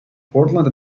portland